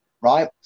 right